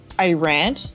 Iran